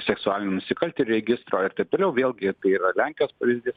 seksualinių nusikaltėlių registro ir taip toliau vėlgi tai yra lenkijos pavyzdys